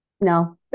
No